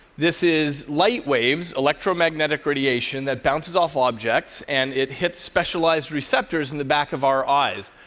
this is light waves, electromagnetic radiation that bounces off objects and it hits specialized receptors in the back of our eyes.